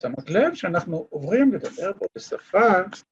‫שמות לב שאנחנו עוברים ‫לדבר פה בשפה.